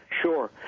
sure